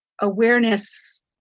awareness